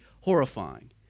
horrifying